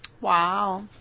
wow